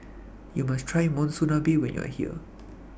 YOU must Try Monsunabe when YOU Are here